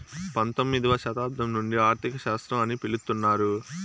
పంతొమ్మిదవ శతాబ్దం నుండి ఆర్థిక శాస్త్రం అని పిలుత్తున్నారు